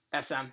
SM